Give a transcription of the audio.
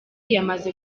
yamaze